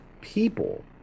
people